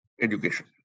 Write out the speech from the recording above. education